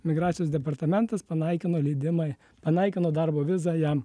migracijos departamentas panaikino leidimą panaikino darbo vizą jam